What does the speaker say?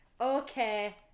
okay